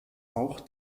auch